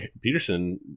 peterson